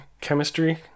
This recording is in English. chemistry